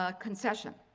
ah concession,